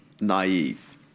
naive